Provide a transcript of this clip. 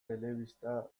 telebista